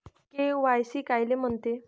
KYC कायले म्हनते?